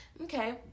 okay